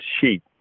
sheep